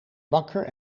bakker